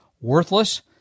worthless